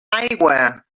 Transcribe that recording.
aigua